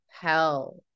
hell